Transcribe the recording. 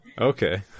okay